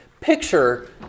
picture